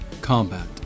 Combat